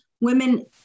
Women